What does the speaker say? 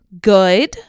good